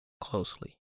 closely